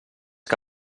que